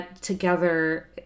together